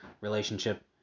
relationship